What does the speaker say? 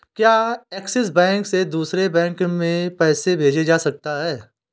क्या Axis bank से दूसरे बैंक में पैसे भेजे जा सकता हैं?